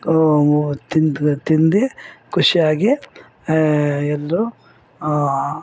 ತಿಂದು ತಿಂದು ಖುಷಿಯಾಗಿ ಎಲ್ಲರು